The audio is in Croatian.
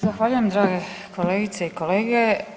Zahvaljujem drage kolegice i kolege.